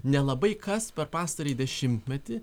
nelabai kas per pastarąjį dešimtmetį